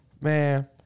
Man